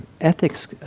ethics